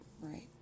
right